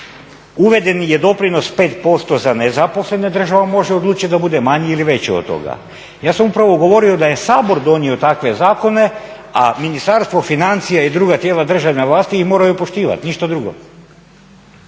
uveden je doprinos 5% za nezaposlene, država može odlučiti da bude manji ili veći od toga. Ja sam upravo govorio da je Sabor donio takve zakone, a Ministarstvo financija i druga tijela državne vlasti ih moraju poštivati ništa drugo.